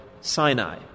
Sinai